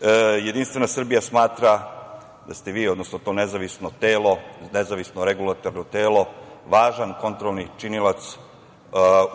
godinu. Jedinstvena Srbija smatra da ste vi, odnosno to nezavisno regulatorno telo važan kontrolni činilac